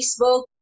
Facebook